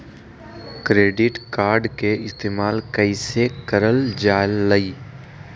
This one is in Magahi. क्रेडिट कार्ड के इस्तेमाल कईसे करल जा लई?